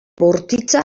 bortitza